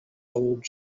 old